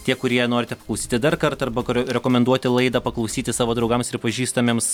tie kurie norite paklausyti dar kartą arba kuri rekomenduoti laidą paklausyti savo draugams ir pažįstamiems